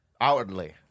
Outwardly